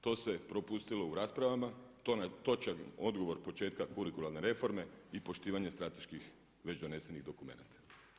To se propustilo u raspravama, točan odgovor početka kurikularne reforme i poštivanje strateških već donesenih dokumenata.